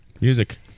Music